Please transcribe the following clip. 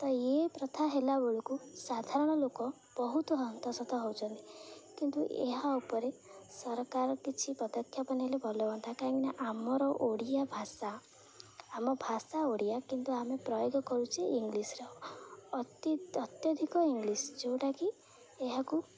ତ ଏଇ ପ୍ରଥା ହେଲା ବେଳକୁ ସାଧାରଣ ଲୋକ ବହୁତ ହନ୍ତସନ୍ତ ହେଉଛନ୍ତି କିନ୍ତୁ ଏହା ଉପରେ ସରକାର କିଛି ପଦକ୍ଷେପ ନେଲେ ଭଲ ହୁଅନ୍ତା କାହିଁକିନା ଆମର ଓଡ଼ିଆ ଭାଷା ଆମ ଭାଷା ଓଡ଼ିଆ କିନ୍ତୁ ଆମେ ପ୍ରୟୋଗ କରୁଛେ ଇଂଲିଶର ଅତି ଅତ୍ୟଧିକ ଇଂଲିଶ ଯେଉଁଟାକି ଏହାକୁ